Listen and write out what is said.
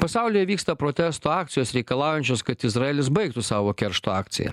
pasaulyje vyksta protesto akcijos reikalaujančios kad izraelis baigtų savo keršto akciją